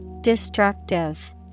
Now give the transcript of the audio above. Destructive